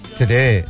today